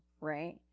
right